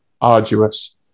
arduous